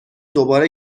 دوباره